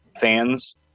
fans